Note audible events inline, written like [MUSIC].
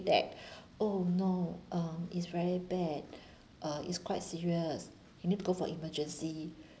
that [BREATH] oh no um it's very bad [BREATH] uh it's quite serious you need to go for emergency [BREATH]